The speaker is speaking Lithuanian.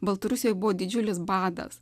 baltarusijoj buvo didžiulis badas